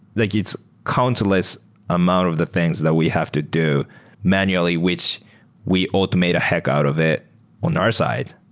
like it's countless amount of the things that we have to do manually which we automate a heck out of it on our side.